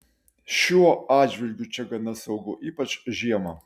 šiuo atžvilgiu čia gana saugu ypač žiemą